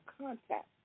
contact